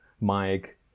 mike